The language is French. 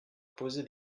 poser